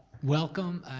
welcome,